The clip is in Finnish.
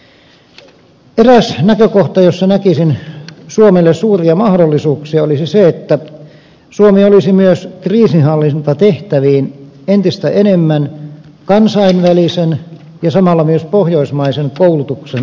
eräs näkökohta jossa näkisin suomelle suuria mahdollisuuksia olisi se että suomi olisi kriisinhallintatehtäviin liittyen entistä enemmän myös kansainvälisen ja samalla myös pohjoismaisen koulutuksen antaja